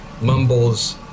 Mumble's